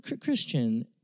Christian